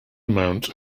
amount